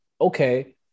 okay